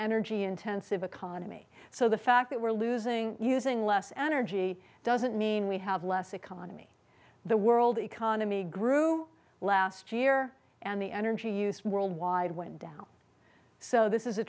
energy intensive economy so the fact that we're losing using less energy doesn't mean we have less economy the world economy grew last year and the energy use worldwide went down so this is a